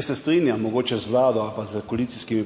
se strinjam z vlado ali pa s koalicijskimi